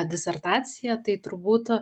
disertacija tai turbūt